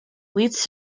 leads